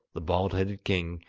the bald-headed king,